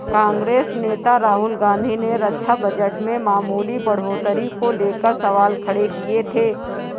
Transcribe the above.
कांग्रेस नेता राहुल गांधी ने रक्षा बजट में मामूली बढ़ोतरी को लेकर सवाल खड़े किए थे